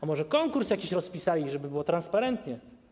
A może konkurs jakiś rozpisali, żeby było transparentnie?